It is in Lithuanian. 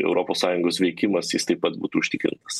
europos sąjungos veikimas jis taip pat būtų užtikrintas